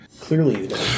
clearly